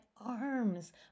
arms